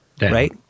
Right